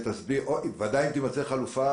בוודאי שאם תימצא חלופה,